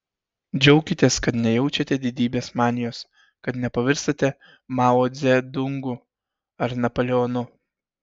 džiaukitės kad nejaučiate didybės manijos kad nepavirstate mao dzedungu ar napoleonu